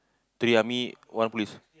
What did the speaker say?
three army one police